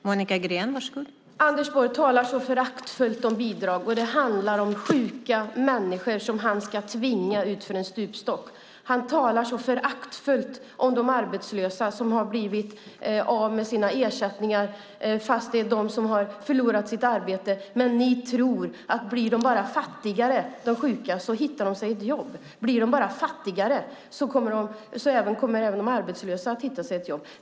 Fru talman! Anders Borg talar så föraktfullt om bidrag. Det handlar om sjuka människor som han ska tvinga ut till en stupstock. Han talar så föraktfullt om de arbetslösa som har blivit av med sina ersättningar fast det är de som har förlorat sitt arbete. Ni tror att blir de sjuka bara fattigare hittar de ett jobb. Blir de bara fattigare kommer även de arbetslösa att hitta ett jobb.